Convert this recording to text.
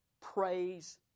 praise